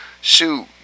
shoot